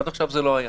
עד עכשיו זה לא היה.